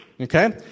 Okay